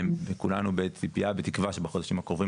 כולנו בציפייה ובתקווה שבחודשים הקרובים